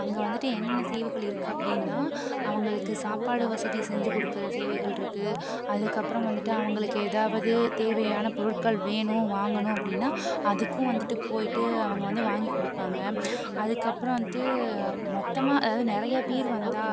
அங்கே வந்துவிட்டு என்னென்ன சேவைகள் இருக்கு அப்படின்னா அவங்களுக்கு சாப்பாடு வசதி செஞ்சு கொடுக்கற சேவைகள் இருக்கு அதுக்கு அப்பறம் வந்துவிட்டு அவங்களுக்கு ஏதாவது தேவையான பொருட்ள்கள் வேணும் வாங்கணும் அப்படின்னா அதுக்கும் வந்துவிட்டு போயிவிட்டு அவங்க வந்து வாங்கி கொடுப்பாங்க அதுக்கு அப்புறம் வந்துவிட்டு மொத்தமாக அதாவது நிறைய பேர் வந்தா